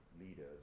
leaders